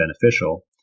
beneficial